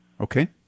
Okay